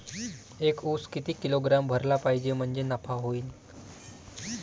एक उस किती किलोग्रॅम भरला पाहिजे म्हणजे नफा होईन?